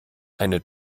eine